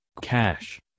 cash